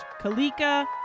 Kalika